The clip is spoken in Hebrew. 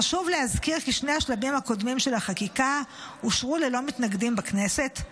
חשוב להזכיר כי שני השלבים הקודמים של החקיקה אושרו ללא מתנגדים בכנסת,